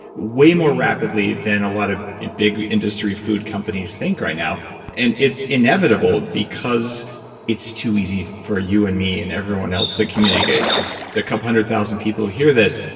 way more rapidly than a lot of big industry food companies think right now and it's inevitable because it's too easy for you and me and everyone else to communicate the the couple hundred thousand people who hear this,